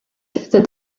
that